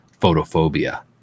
photophobia